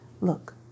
Look